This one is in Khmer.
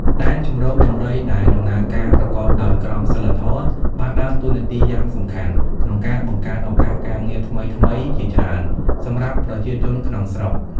ដែនជម្រកដំរីដែលដំណើរការប្រកបដោយក្រមសីលធម៌ បានដើរតួនាទីយ៉ាងសំខាន់ក្នុងការបង្កើតឱកាសការងារថ្មីៗជាច្រើន សម្រាប់ប្រជាជនក្នុងស្រុក។